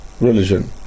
religion